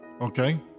Okay